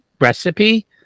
recipe